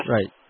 Right